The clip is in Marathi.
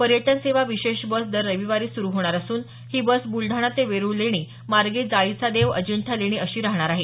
पर्यटन सेवा विशेष बस दर रविवारी सुरु राहणार असून ही बस ब्लडाणा ते वेरुळ लेणी मार्गे जाळीचा देव अजिंठा लेणी अशी राहणार आहे